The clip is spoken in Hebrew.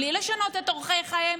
בלי לשנות את אורחות חייהם,